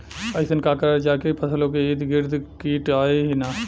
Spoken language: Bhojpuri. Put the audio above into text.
अइसन का करल जाकि फसलों के ईद गिर्द कीट आएं ही न?